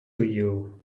you